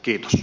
kiitos